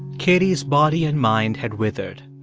katie's body and mind had withered.